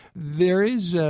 there is, ah